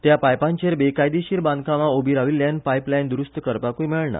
त्या पायपांचेर बेकायदेशीर बांदकामां उबीं राविल्ल्यान पायपलायन दुरुस्त करपाकूय मेळना